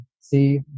see